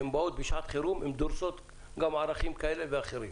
שכאשר הן באות בשעת חירום הן דורסות גם ערכים כאלה ואחרים.